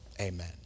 Amen